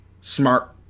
smart